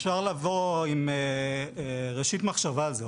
אפשר לבוא עם ראשית מחשבה על זה.